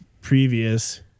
previous